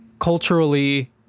Culturally